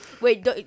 wait